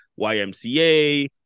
YMCA